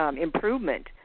improvement